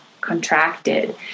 contracted